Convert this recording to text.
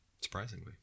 Surprisingly